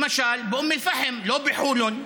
למשל באום אל-פחם, לא בחולון.